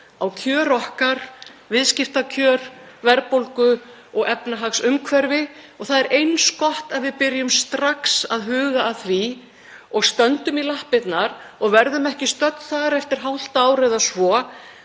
á kjör okkar; viðskiptakjör, verðbólgu og efnahagsumhverfi. Það er eins gott að við byrjum strax að huga að því og stöndum í lappirnar og verðum ekki stödd þar eftir hálft ár eða svo